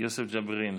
יוסף ג'בארין,